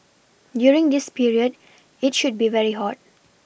during this period it should be very hot